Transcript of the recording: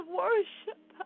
worship